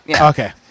Okay